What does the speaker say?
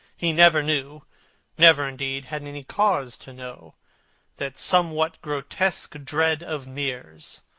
he never knew never, indeed, had any cause to know that somewhat grotesque dread of mirrors,